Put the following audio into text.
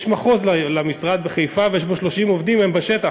יש מחוז למשרד בחיפה, ויש בו 30 עובדים, והם בשטח.